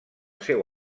seu